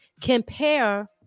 Compare